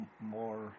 more